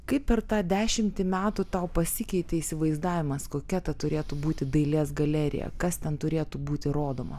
kaip per tą dešimtį metų tau pasikeitė įsivaizdavimas kokia ta turėtų būti dailės galerija kas ten turėtų būti rodoma